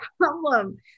problem